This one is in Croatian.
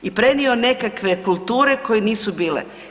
I prenio nekakve kulture koje nisu bile.